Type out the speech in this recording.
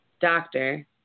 doctor